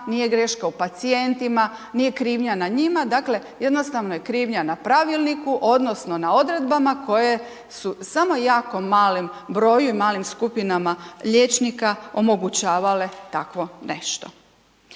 nije greška u pacijentima, nije krivnja na njima, dakle, jednostavno je krivnja na pravilniku odnosno na odredbama koje su samo jako malom broju i malim skupinama liječnika omogućavale takvo nešto.